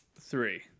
Three